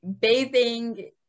bathing